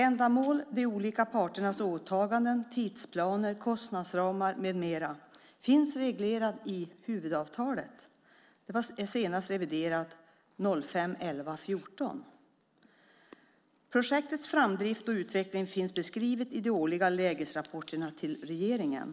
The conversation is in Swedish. Ändamål, de olika parternas åtaganden, tidsplaner, kostnadsramar med mera finns reglerade i huvudavtalet. Det revideras senast den 14 november 2005. Projektets framdrift och utveckling finns beskrivna i de årliga lägesrapporterna till regeringen.